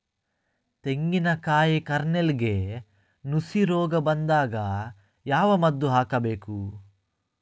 ತೆಂಗಿನ ಕಾಯಿ ಕಾರ್ನೆಲ್ಗೆ ನುಸಿ ರೋಗ ಬಂದಾಗ ಯಾವ ಮದ್ದು ಹಾಕಬೇಕು?